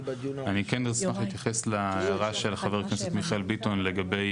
אני כן אשמח להתייחס להערה של חבר הכנסת מיכאל ביטון לגבי